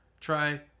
Try